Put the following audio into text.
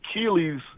Achilles